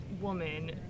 woman